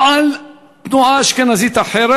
או על תנועה אשכנזית אחרת?